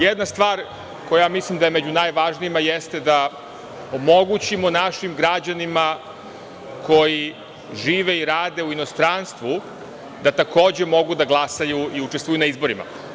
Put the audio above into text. Jedna stvar koja mislim da je među najvažnijima jeste da omogućimo našim građanima koji žive i rade u inostranstvu da takođe mogu da glasaju i učestvuju na izborima.